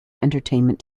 entertainment